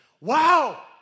wow